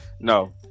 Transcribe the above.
No